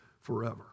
forever